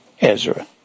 Ezra